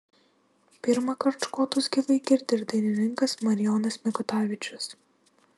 pirmąkart škotus gyvai girdi ir dainininkas marijonas mikutavičius